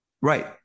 right